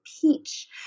peach